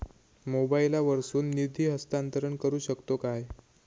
मोबाईला वर्सून निधी हस्तांतरण करू शकतो काय?